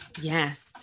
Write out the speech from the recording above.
Yes